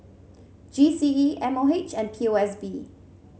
G C E M O H and P O S B